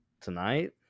tonight